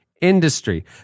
industry